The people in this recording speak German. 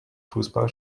fussball